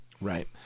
Right